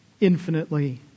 infinitely